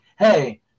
hey